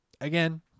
again